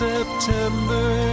September